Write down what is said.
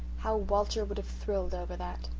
how walter would have thrilled over that!